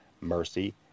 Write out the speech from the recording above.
mercy